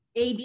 AD